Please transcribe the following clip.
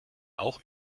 auch